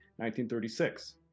1936